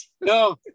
No